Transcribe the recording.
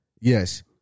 yes